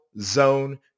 zone